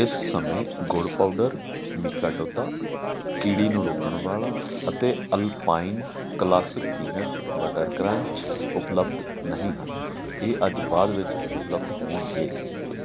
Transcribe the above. ਇਸ ਸਮੇਂ ਗੁੜ ਪਾਊਡਰ ਮੀਕਾਡੋਦਾ ਕੀੜੀ ਨੂੰ ਰੋਕਣ ਵਾਲਾ ਅਤੇ alpine classic peanut butter crunch ਉਪਲਬਧ ਨਹੀਂ ਹਨ ਇਹ ਅੱਜ ਬਾਅਦ ਵਿੱਚ ਉਪਲਬਧ ਹੋਣਗੇ